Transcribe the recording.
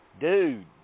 dude